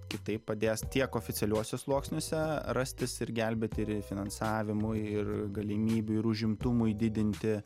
kitaip padės tiek oficialiuose sluoksniuose rastis ir gelbėti ir finansavimui ir galimybių ir užimtumui didinti